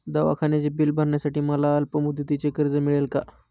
दवाखान्याचे बिल भरण्यासाठी मला अल्पमुदतीचे कर्ज मिळेल का?